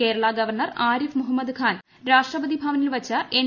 Kerala governor Arif Mohammad Khan രാഷ്ട്രപതി ഭവനിൽവച്ച് N